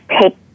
take